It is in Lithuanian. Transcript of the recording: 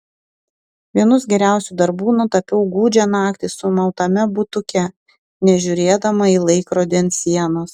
vienus geriausių darbų nutapiau gūdžią naktį sumautame butuke nežiūrėdama į laikrodį ant sienos